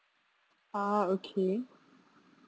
ah okay